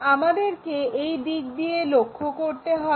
আমাদেরকে এই দিক দিয়ে দেখতে হবে